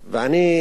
יש לומר,